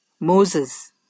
Moses